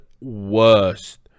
worst